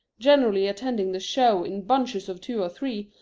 generally attending the show in bunches of two or three,